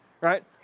Right